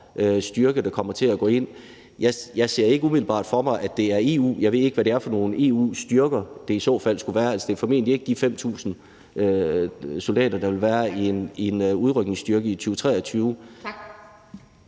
styrke, der kommer til at gå ind. Jeg ser ikke umiddelbart for mig, at det er EU. Jeg ved ikke, hvad det er for nogen EU-styrker, det i så fald skulle være. Det er formentlig ikke de 5.000 soldater, der vil være i en udrykningsstyrke i 2023. Kl.